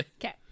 okay